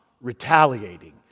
retaliating